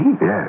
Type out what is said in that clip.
Yes